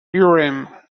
urim